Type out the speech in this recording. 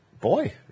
boy